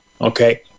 Okay